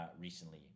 recently